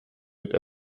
mit